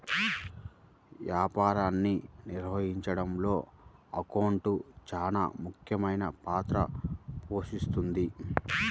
వ్యాపారాన్ని నిర్వహించడంలో అకౌంటింగ్ చానా ముఖ్యమైన పాత్ర పోషిస్తది